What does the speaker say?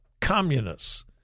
communists